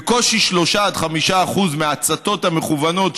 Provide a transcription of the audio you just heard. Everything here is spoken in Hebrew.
בקושי 3% 5% מההצתות המכוונות,